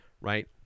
right